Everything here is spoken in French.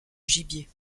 gibier